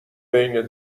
بین